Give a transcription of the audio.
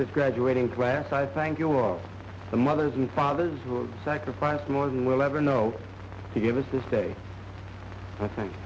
this graduating class i thank you all the mothers and fathers who sacrificed more than we'll ever know to give us this day i think